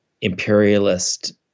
imperialist